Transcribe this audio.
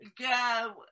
go